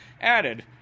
added